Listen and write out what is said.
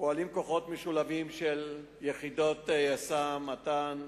משולבים של יחידות יס"מ, מת"ן,